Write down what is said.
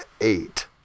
eight